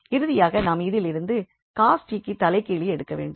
இறுதியாக நாம் இதிலிருந்து cos 𝑡க்கு தலைகீழி எடுக்க வேண்டும்